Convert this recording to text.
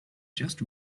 just